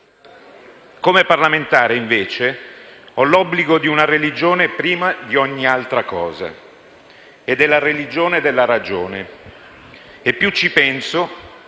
Come parlamentare, invece, ho l'obbligo di seguire una religione prima di ogni altra cosa ed è la religione della ragione. Più ci penso